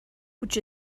which